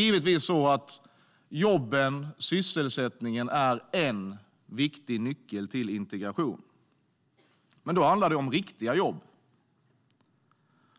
Jobben och sysselsättningen är givetvis en viktig nyckel till integration, men då handlar det om riktiga jobb.